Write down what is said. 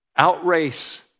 Outrace